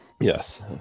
Yes